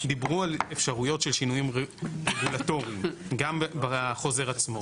דיברו על אפשרויות של שינויים רגולטוריים גם בחוזר עצמו.